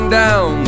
down